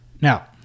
Now